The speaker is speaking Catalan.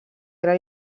gran